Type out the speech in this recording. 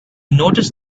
noticed